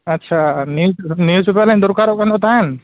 ᱟᱪᱪᱷᱟ news newspaper ᱞᱤᱧ ᱫᱚᱨᱠᱟᱨᱚᱜ ᱠᱟᱱᱟ ᱛᱟᱦᱮᱱ